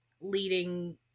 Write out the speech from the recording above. leading